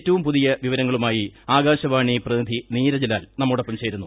ഏറ്റവും പുതിയ വിവരങ്ങളുമായി ചേരുന്നത് ആകാശവാണി പ്രതിനിധി നീരജ് ലാൽ നമ്മോടൊപ്പം ചേരുന്നു